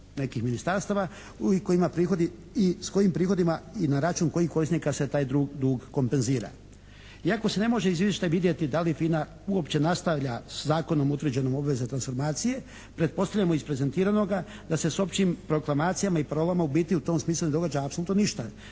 nekih ministarstava kojima prihodi i s kojim prihoda i na račun kojih korisnika se taj dug kompenzira. Iako se ne može iz izvještaja vidjeti da li FINA uopće nastavlja sa zakonom utvrđene obveze transformacije, pretpostavljamo iz prezentiranoga da se sa općim proklamacijama i programa u biti u tom smislu ne događa apsolutno ništa.